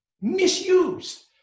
misused